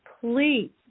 please